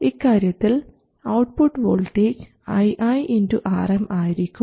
ഇക്കാര്യത്തിൽ output voltage ii Rm ആയിരിക്കും